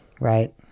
Right